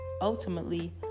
ultimately